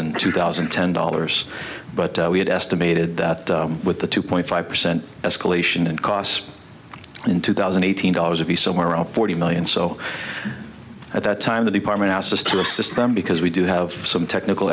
in two thousand and ten dollars but we had estimated that with the two point five percent escalation in costs in two thousand eight hundred dollars would be somewhere around forty million so at that time the department asked us to assist them because we do have some technical